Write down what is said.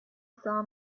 saw